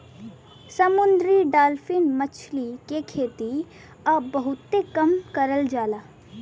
समुंदरी डालफिन मछरी के खेती अब बहुते करल जाला